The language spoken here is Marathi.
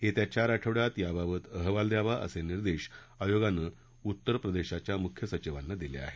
येत्या चार आठवड्यात याबाबत अहवाल द्यावा असे निर्देश आयोगानं उत्तरपदेशाच्या मुख्य सचिवांना दिले आहेत